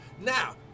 Now